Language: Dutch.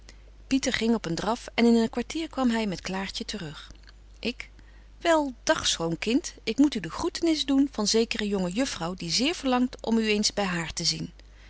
pieter ging op een draf en in een kwartier kwam hy met klaàrtje te rug ik wel dag schoon kind ik moet u de groetenis doen van zekere jonge juffrouw die zeer verlangt om u eens by haar te zien